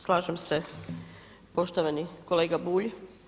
Slažem se poštovani kolega Bulj.